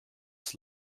ist